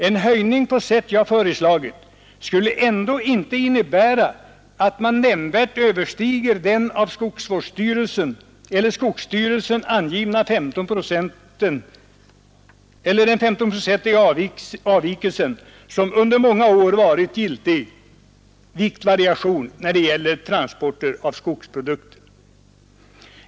En höjning på sätt jag föreslagit skulle ändå inte innebära att man nämnvärt överstiger den av skogsstyrelsen angivna femtonprocentiga avvikelsen, som under många år varit giltig viktvariation när det gäller transport av skogsprodukter.